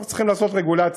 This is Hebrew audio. אנחנו צריכים לעשות רגולציה.